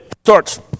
Starts